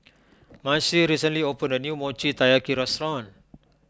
Marcie recently opened a new Mochi Taiyaki restaurant